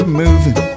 moving